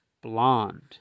Blonde